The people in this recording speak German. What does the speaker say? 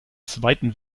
zweiten